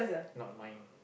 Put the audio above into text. not mine